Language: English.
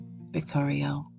Victoria